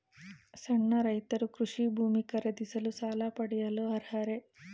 ಸಣ್ಣ ರೈತರು ಕೃಷಿ ಭೂಮಿ ಖರೀದಿಸಲು ಸಾಲ ಪಡೆಯಲು ಅರ್ಹರೇ?